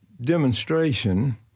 demonstration